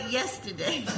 yesterday